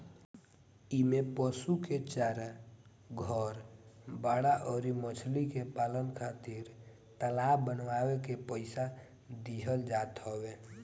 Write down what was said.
इमें पशु के चारा, घर, बाड़ा अउरी मछरी पालन खातिर तालाब बानवे के पईसा देहल जात हवे